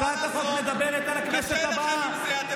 הצעת החוק מדברת על הכנסת הבאה,